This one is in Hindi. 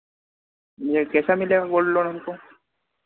ये कैसा मिलेगा गोल्ड लोन हमको